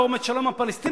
לא עומד שלום עם הפלסטינים,